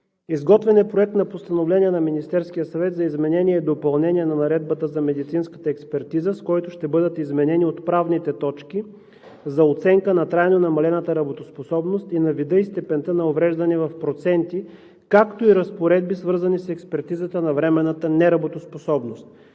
изготвен е Проект на постановление на Министерския съвет за изменение и допълнение на Наредбата за медицинската експертиза, с който ще бъдат изменени отправните точки за оценка на трайно намалената работоспособност, видът и степента на увреждане в проценти, както и разпоредби, свързани с експертизата на временната неработоспособност.